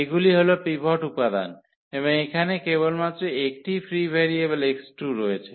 এগুলি হল পিভট উপাদান এবং এখানে কেবলমাত্র একটিই ফ্রি ভেরিয়েবল x2 রয়েছে